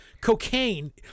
cocaine